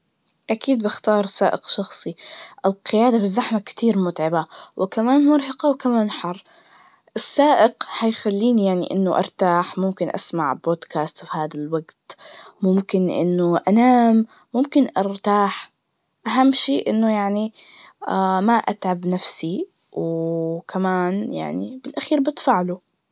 أكيد بختار سائق شخصي, القيادة بالزحمة كتير متعبة, وكمان مرههقة, وكمان حر, السائق هيخليني يعني إنه أرتاح, ممكن أسمع بودكاست في هاد الوقت, ممكن إنه أنام, ممكن أرتاح, أهم شئ إنه يعني ما أتعب نفسي, وكمان يعني بالأخير بدفعله.